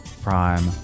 prime